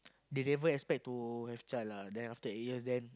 they never expect to have child lah then eight years then